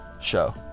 show